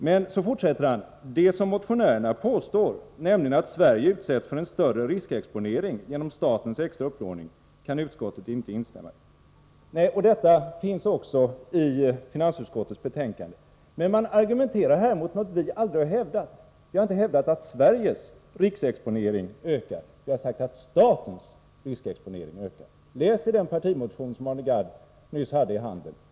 Men så fortsätter han: Det som motionärerna påstår, nämligen att Sverige utsätts för en större riskexponering genom statens extra upplåning, kan utskottet inte instämma i. Detta finns också i finansutskottets betänkande. Men man argumenterar här mot något vi aldrig har hävdat. Vi har inte sagt att Sveriges riskexponering ökar. Vi har sagt att statens riskexponering ökar. Läs i den partimotion som Arne Gadd nyss hade i handen!